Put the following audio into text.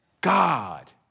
God